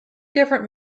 different